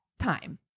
Time